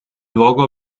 luogo